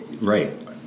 Right